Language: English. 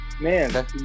man